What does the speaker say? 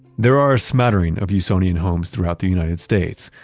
there are a smattering of usonian homes throughout the united states,